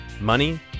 Money